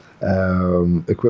Equipment